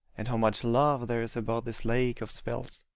and how much love there is about this lake of spells!